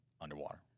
underwater